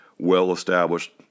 well-established